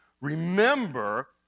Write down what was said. remember